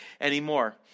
anymore